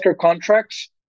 contracts